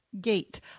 gate